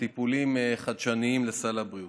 וטיפולים חדשניים לסל הבריאות.